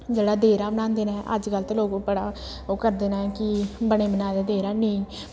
जेह्ड़ा देह्रा बनांदे न अजकल्ल ते लोक ओह् बड़ा ओह् करदे न कि बने बनाए दा देह्रा नेईं